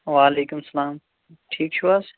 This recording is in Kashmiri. وعلیکُم سَلام ٹھیٖک چھُو حظ